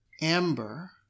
Amber